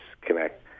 connect